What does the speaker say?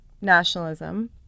nationalism